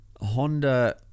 honda